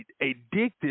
addicted